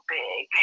big